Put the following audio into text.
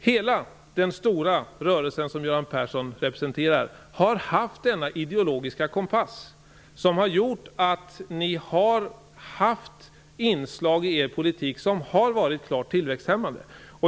Hela den stora rörelsen, som Göran Persson representerar, har haft denna ideologiska kompass som har gjort att ni haft inslag i er politik som har varit klart tillväxthämmande.